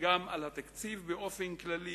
וגם על התקציב באופן כללי,